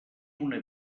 una